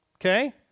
Okay